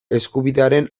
eskubidearen